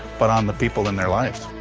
but on the people in their lives.